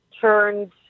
turned